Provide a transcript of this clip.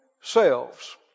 selves